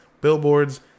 billboards